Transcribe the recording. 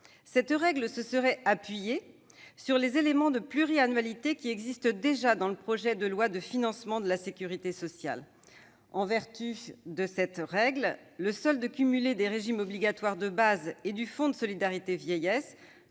Cette règle se serait appuyée sur les éléments de pluriannualité qui existent déjà dans le projet de loi de financement de la sécurité sociale. En vertu de cette règle, le solde cumulé des régimes obligatoires de base et du Fonds de solidarité vieillesse